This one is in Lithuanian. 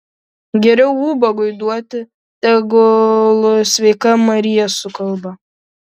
geriau ubagui duoti tegul sveika marija sukalba